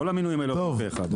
כל המינויים האלה עוברים פה אחד.